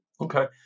Okay